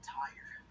tired